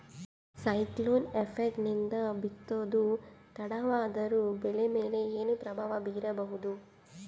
Cyclone effect ನಿಂದ ಬಿತ್ತೋದು ತಡವಾದರೂ ಬೆಳಿ ಮೇಲೆ ಏನು ಪ್ರಭಾವ ಬೀರಬಹುದು?